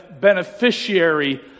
beneficiary